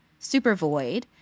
supervoid